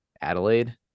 Adelaide